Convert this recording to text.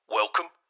welcome